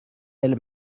elle